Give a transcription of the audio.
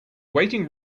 waiting